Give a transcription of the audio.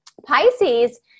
Pisces